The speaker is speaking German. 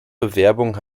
bewerbung